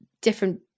different